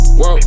whoa